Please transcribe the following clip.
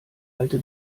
alte